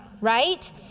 right